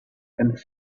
and